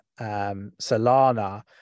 Solana